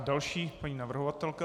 Další paní navrhovatelka.